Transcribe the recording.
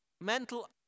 mental